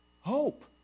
Hope